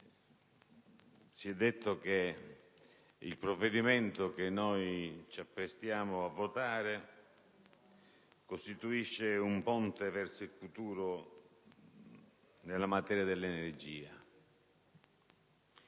si è detto che il provvedimento che ci apprestiamo a votare costituisce un ponte verso il futuro nella materia dell'energia.